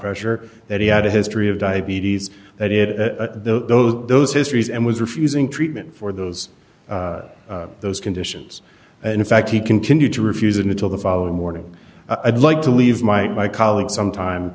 pressure that he had a history of diabetes that it a those those histories and was refusing treatment for those those conditions and in fact he continued to refuse until the following morning again like to leave my my colleagues some time